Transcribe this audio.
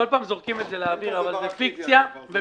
כל פעם הם זורקים את זה לאוויר אבל זה פיקציה ובלוף,